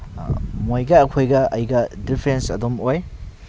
ꯃꯣꯏꯒ ꯑꯩꯈꯣꯏꯒ ꯑꯩꯒ ꯗꯤꯐ꯭ꯔꯦꯟꯁ ꯑꯗꯨꯝ ꯑꯣꯏ